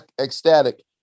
ecstatic